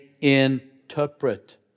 interpret